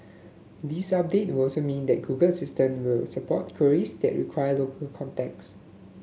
this update will also mean that Google Assistant will support queries that require local context